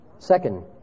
Second